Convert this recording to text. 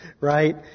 right